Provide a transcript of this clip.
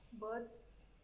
birds